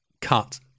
Cut